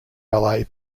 ballet